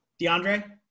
DeAndre